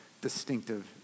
distinctive